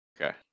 Okay